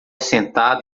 sentada